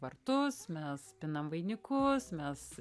vartus mes pinam vainikus mes